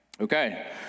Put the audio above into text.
Okay